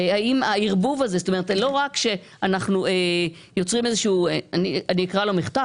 לא רק שאנחנו יוצרים איזשהו אני אקרא לזה כך